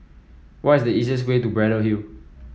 what is the easiest way to Braddell Hill